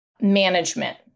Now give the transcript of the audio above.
management